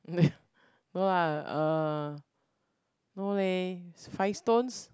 no lah uh no leh five stones